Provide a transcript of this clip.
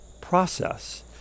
process